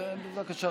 בבקשה,